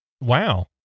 wow